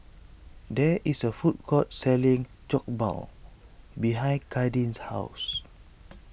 there is a food court selling Jokbal behind Kadin's house